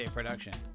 Production